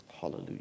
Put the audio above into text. Hallelujah